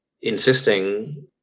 insisting